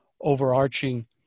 overarching